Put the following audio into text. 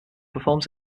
performed